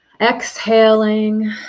Exhaling